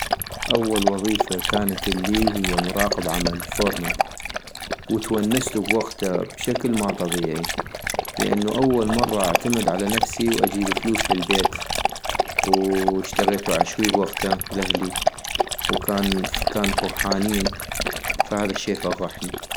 اول وظيفة كانت الي هي مراقب عمل ، فورمن، وتونستو بوقتا بشكل ما طبيعي ، لانو أول مرة اعتمد على نفسي واجيب فلوس للبيت، واشتغيتو عشوي لاهلي بوقتا وكانو فغحانين، فهذا الشي فغحني